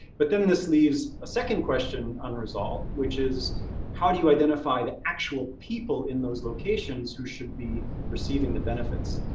but then this leaves a second question unresolved, which is how do you identify the actual people in those locations who should be receiving the benefits?